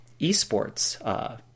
esports